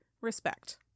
respect